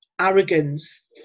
arrogance